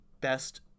best